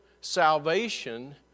salvation